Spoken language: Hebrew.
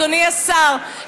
אדוני השר,